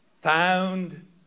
found